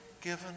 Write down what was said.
given